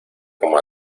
como